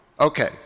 Okay